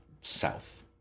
south